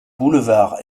boulevard